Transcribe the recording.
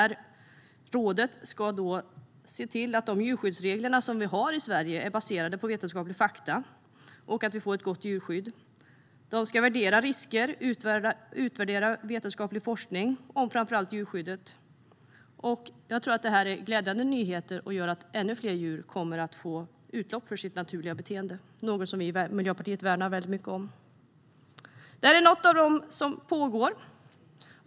Rådet ska se till att de djurskyddsregler som Sverige har är baserade på vetenskapliga fakta och att vi får ett gott djurskydd. Rådet ska värdera risker och utvärdera vetenskaplig forskning om framför allt djurskyddet. Detta är glädjande nyheter, och det gör att ännu fler djur kommer att få utlopp för sitt naturliga beteende, vilket är något som vi i Miljöpartiet värnar mycket. Detta är en del av allt som pågår.